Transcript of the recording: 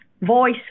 voice